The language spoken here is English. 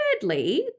thirdly